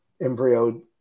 embryo